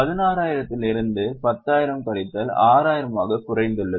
16000 இலிருந்து இது 10000 கழித்தல் 6000 ஆகக் குறைந்துள்ளது